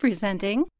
Presenting